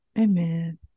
amen